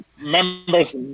Members